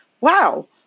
wow